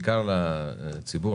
בעיקר לציבור,